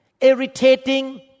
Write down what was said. irritating